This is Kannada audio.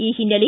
ಈ ಹಿನ್ನೆಲೆ